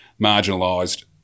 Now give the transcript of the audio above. marginalised